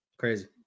Crazy